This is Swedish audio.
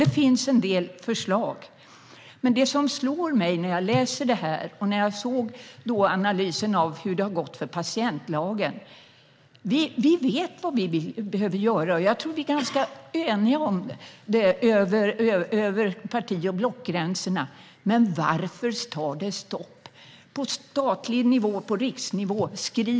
Det finns en del förslag, men det som har slagit mig när jag har läst rapporten och har sett analysen av patientlagen är att vi vet vad vi behöver göra. Jag tror att vi är eniga över parti och blockgränserna, men varför tar det stopp på statlig nivå och riksnivå?